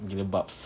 gila babs